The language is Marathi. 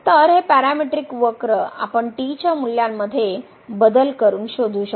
तर हे पॅरामीट्रिक वक्र आपण टी च्या मूल्यांमध्ये बदल करुन शोधू शकतो